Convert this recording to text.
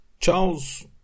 Charles